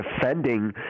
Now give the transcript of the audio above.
defending